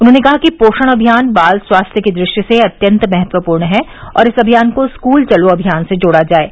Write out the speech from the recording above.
उन्होंने कहा कि पोषण अभियान बाल स्वास्थ्य की दृष्टि से अत्यन्त महत्वपूर्ण है और इस अभियान को स्कूल चलो अमियान से जोड़ा जाये